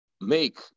make